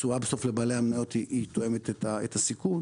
התשואה בסוף לבעלי המניות תואמת את הסיכון.